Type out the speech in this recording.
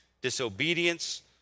disobedience